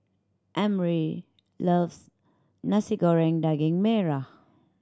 Emory loves Nasi Goreng Daging Merah